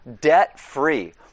debt-free